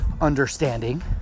understanding